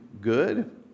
good